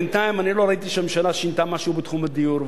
בינתיים לא ראיתי שהממשלה שינתה משהו בתחום הדיור.